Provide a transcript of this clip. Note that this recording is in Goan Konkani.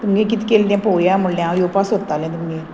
तुमगे कित केल्लें पोवया म्हणलें हांव येवपा सोदतालें तुमगेर